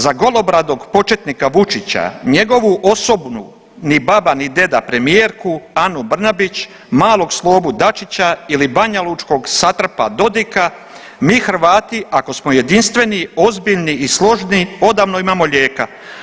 Za golobradog početnika Vučića, njegovu osobnu, ni baba ni deda premijerku, Anu Brnabić, malog Slobu Dačića ili banjalučkog ... Dodika, mi Hrvati, ako smo jedinstveni, ozbiljni i složni, odavno imamo lijeka.